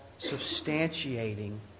substantiating